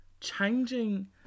Changing